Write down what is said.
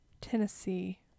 Tennessee